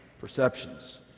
Perceptions